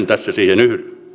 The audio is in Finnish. tässä siihen mene